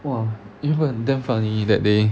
!wah! damn funny that day